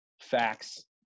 facts